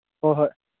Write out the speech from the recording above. ꯍꯣꯏ ꯍꯣꯏ